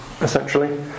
essentially